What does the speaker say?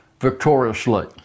victoriously